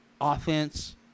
Offense